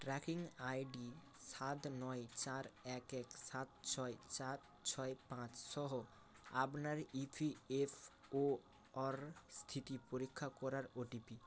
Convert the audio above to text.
tracking ID সাত নয় চার এক এক সাত ছয় চার ছয় পাঁচ সহ আপনার ইপিএফও অর স্থিতি পরীক্ষা করার ওটিপি